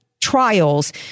trials